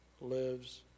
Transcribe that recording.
lives